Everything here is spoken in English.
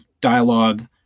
dialogue